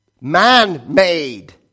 man-made